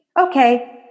Okay